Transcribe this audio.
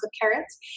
carrots